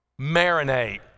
marinate